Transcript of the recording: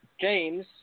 James